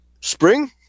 spring